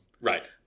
Right